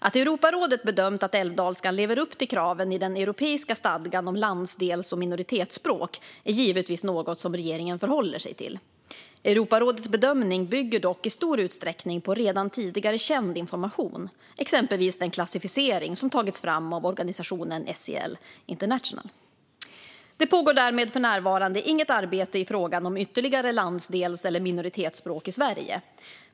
Att Europarådet bedömt att älvdalskan lever upp till kraven i den europeiska stadgan om landsdels och minoritetsspråk är givetvis något som regeringen förhåller sig till. Europarådets bedömning bygger dock i stor utsträckning på redan tidigare känd information, exempelvis den klassificering som tagits fram av organisationen SIL International. Det pågår därmed för närvarande inget arbete i frågan om ytterligare landsdels eller minoritetsspråk i Sverige.